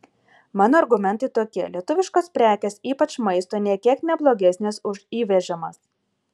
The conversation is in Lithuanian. mano argumentai tokie lietuviškos prekės ypač maisto nė kiek ne blogesnės už įvežamas